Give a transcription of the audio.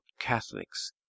Catholics